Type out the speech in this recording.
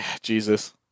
Jesus